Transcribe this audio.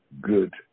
good